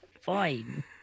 Fine